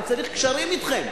אני צריך קשרים אתכם,